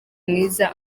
mwiza